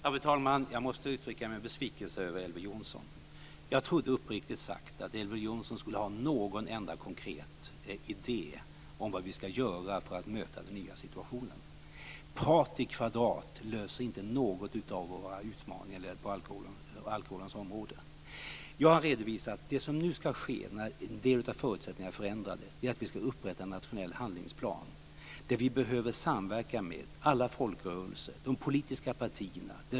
Fru talman! Jag måste uttrycka min besvikelse över Elver Jonsson. Jag trodde uppriktigt sagt att Elver Jonsson skulle ha någon enda konkret idé om vad vi ska göra för att möta den nya situationen. Prat i kvadrat löser inte någon av våra utmaningar på alkoholens område. Jag har redovisat att det som nu ska ske när en del av förutsättningarna är förändrade, är att vi ska upprätta en nationell handlingsplan. Vi behöver samverka med alla folkrörelser och de politiska partierna.